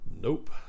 nope